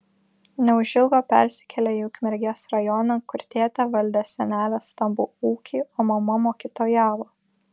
neužilgo persikėlė į ukmergės rajoną kur tėtė valdė senelės stambų ūkį o mama mokytojavo